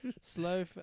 Slow